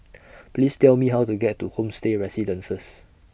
Please Tell Me How to get to Homestay Residences